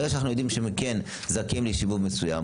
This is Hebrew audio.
ברגע שאנחנו יודעים שהם זכאים לשיבוב מסוים